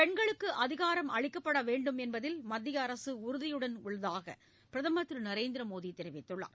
பெண்களுக்கு அதிகாரம் அளிக்கப்பட வேண்டும் என்பதில் மத்திய அரசு உறுதியுடன் உள்ளதாக பிரதமர் திரு நரேந்திர மோடி தெரிவித்துள்ளார்